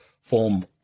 form